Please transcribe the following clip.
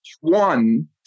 one